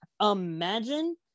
imagine